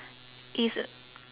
is